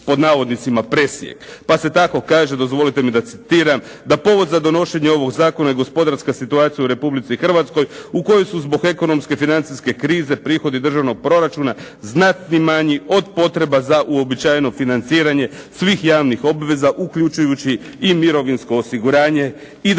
pod navodnicima, presjek. Pa se tako kaže, dozvolite mi da citiram, da povod za donošenje ovog zakona je gospodarska situacija u Republici Hrvatskoj u kojoj su zbog ekonomske i financijske krize prihodi državnog proračuna znatno manji od potreba za uobičajeno financiranje svih javnih obveza uključujući i mirovinsko osiguranje i da ne nabrajam